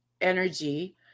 energy